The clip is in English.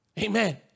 Amen